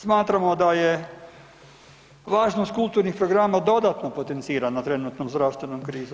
Smatramo da je važnost kulturnih programa dodatno potencirano trenutnom zdravstvenom krizom.